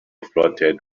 floated